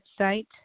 website